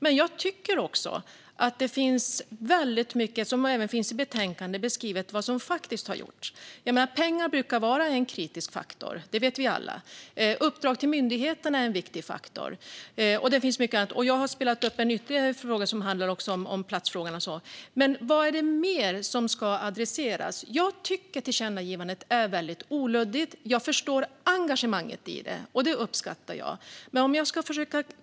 Men det finns också mycket beskrivet, även i betänkandet, av vad som faktiskt har gjorts. Pengar brukar vara en kritisk faktor. Det vet vi alla. Uppdrag till myndigheterna är också en viktig faktor. Det finns mycket annat. Och jag har spelat upp ytterligare en viktig fråga om platsen. Vad mer är det som ska adresseras? Jag tycker att tillkännagivandet är väldigt luddigt. Jag förstår och uppskattar engagemanget bakom det.